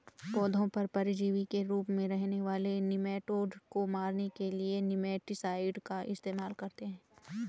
पौधों पर परजीवी के रूप में रहने वाले निमैटोड को मारने के लिए निमैटीसाइड का इस्तेमाल करते हैं